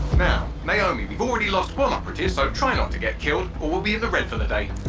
naomi, we've already lost one operative so try not to get killed or we'll be in the red for the day.